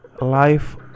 life